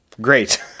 Great